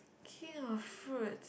king of fruits